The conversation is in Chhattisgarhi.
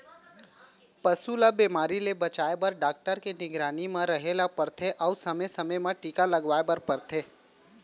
पसू ल बेमारी ले बचाए बर डॉक्टर के निगरानी म रहें ल परथे अउ समे समे म टीका लगवाए बर परथे